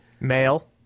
Male